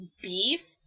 beef